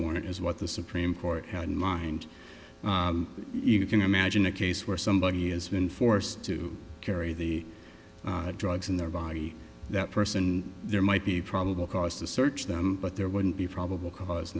warrant as what the supreme court had in mind you can imagine a case where somebody has been forced to carry the drugs in their body that person there might be probable cause to search them but there wouldn't be probable cause